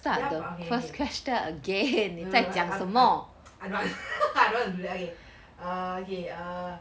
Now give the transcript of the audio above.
ya but okay okay okay no but I but I I don't want I don't want to do that okay err okay err